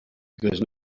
because